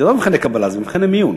זה לא מבחני קבלה, זה מבחני מיון.